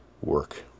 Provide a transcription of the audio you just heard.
work